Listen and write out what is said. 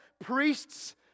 priests